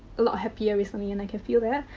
a lot happier recently and i can feel that.